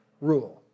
rule